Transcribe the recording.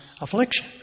affliction